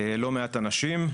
לא מעט אנשים,